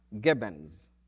Gibbons